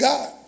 God